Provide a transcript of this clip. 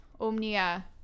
Omnia